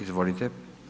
Izvolite.